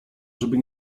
żeby